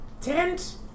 tent